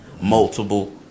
multiple